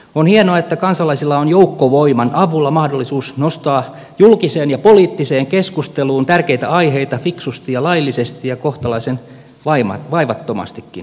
on hienoa että kansalaisilla on joukkovoiman avulla mahdollisuus nostaa julkiseen ja poliittiseen keskusteluun tärkeitä aiheita fiksusti ja laillisesti ja kohtalaisen vaivattomastikin